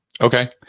Okay